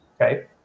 Okay